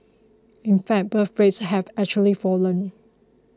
in fact birth rates have actually fallen